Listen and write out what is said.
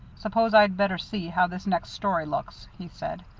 suppose i'd better see how this next story looks, he said.